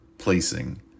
placing